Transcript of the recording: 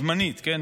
זמנית, כן?